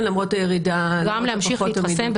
למרות הירידה --- גם להמשיך להתחסן,